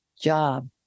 job